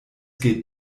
geht